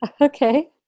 Okay